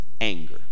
anger